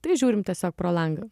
tai žiūrim tiesiog pro langą